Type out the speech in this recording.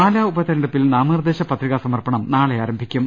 പാലാ ഉപതെരഞ്ഞെടുപ്പിൽ നാമനിർദേശ പത്രികാ സമർപ്പണം നാളെ ആരംഭിക്കും